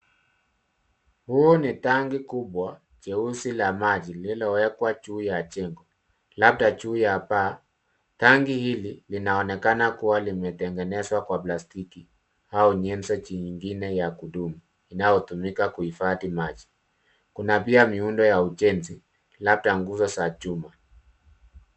Hii ni tangi kubwa jeusi la maji liliowekwa juu ya jengo. Labda juu ya paa. Tangi hili linaonekana kuwa limetengenezwa kwa plastiki, au nyenzo nyingine ya kudumu inayotumika kuifadhi maji. Kuna pia miundo ya ujenzi labda nguzo za chuma.